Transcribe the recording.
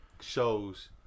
shows